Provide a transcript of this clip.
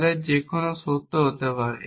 তাদের যেকোনও সত্য হতে পারে